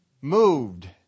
moved